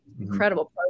Incredible